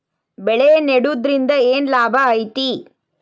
ಬೆಳೆ ನೆಡುದ್ರಿಂದ ಏನ್ ಲಾಭ ಐತಿ?